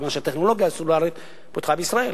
כיוון שהטכנולוגיה הסלולרית פותחה בישראל.